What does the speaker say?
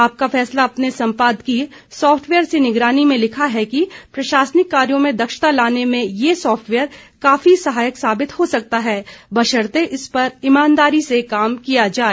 आपका फैसला अपने सम्पादकीय सॉफ्टवेयर से निगरानी में लिखा है कि प्रशासनिक कार्यो में दक्षता लाने में ये सॉफ्टवेयर काफी सहायक साबित हो सकता है बशर्ते इस पर ईमानदारी से काम किया जाए